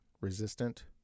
resistant